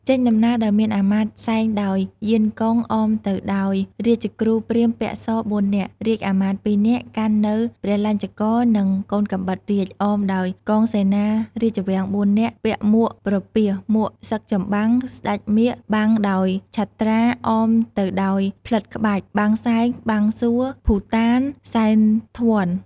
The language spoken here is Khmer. ចេញដំណើរដោយមានអាមាត្យ សែងដោយ យានកុង អមទៅដោយ រាជគ្រូព្រាហ្មណ៍ពាក់ស ៤នាក់ រាជអាមាត្យ ២នាក់ កាន់នូវ ព្រះលញ្ឆករនិង កូនកាំបិតរាជ អមដោយកងសេនារាជវាំង ៤នាក់ ពាក់មួកប្រពាស មួកសឹកចម្បាំង ស្ដេចមាឃបាំងដោយឆត្រា អមទៅដោយផ្លិតក្បាច់ បាំងសែង បាំងសូរ ភូតាន សែនត្វ័ន...។